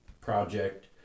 project